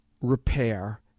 repair